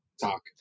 talk